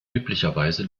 üblicherweise